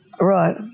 Right